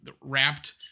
Wrapped